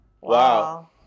Wow